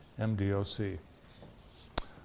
MDOC